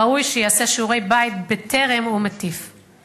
ראוי שיעשה שיעורי בית בטרם הוא מטיף,